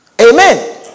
Amen